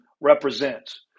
represents